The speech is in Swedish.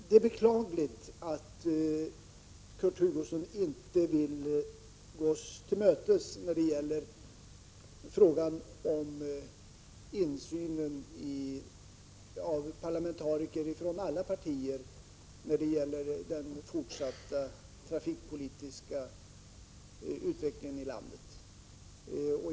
Det är beklagligt att Kurt Hugosson inte vill gå oss till mötes i fråga om att låta parlamentariker från alla partier få insyn när det gäller den fortsatta trafikpolitiska utvecklingen i landet.